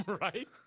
Right